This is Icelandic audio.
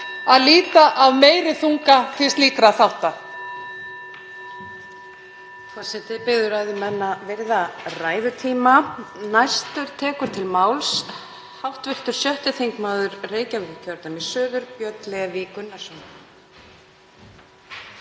að líta af meiri þunga til slíkra þátta.